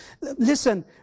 Listen